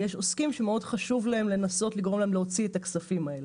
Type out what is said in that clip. ויש עוסקים שחשוב להם מאוד לנסות לגרום להם להוציא את הכספים האלה.